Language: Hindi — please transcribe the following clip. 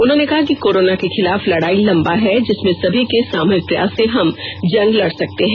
उन्होंने कहा कि कोरोना के खिलाफ लड़ाई लंबा है जिसमें सभी के सामूहिक प्रयास से हम जंग लड़ सकते हैं